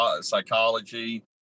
psychology